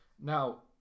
now